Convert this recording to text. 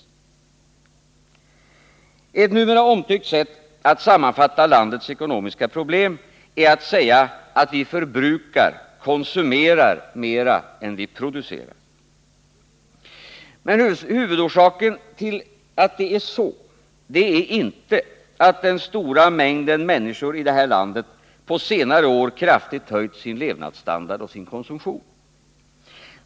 j Ett numera omtyckt sätt att sammanfatta landets ekonomiska problem är att säga att vi förbrukar, konsumerar, mer än vi producerar. Men huvudorsaken till att det är så är inte att den stora mängden människor i det här landet på senare år kraftigt höjt sin levnadsstandard och sin konsumtion.